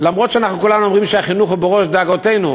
אף שאנחנו כולנו אומרים שהחינוך הוא בראש דאגותינו,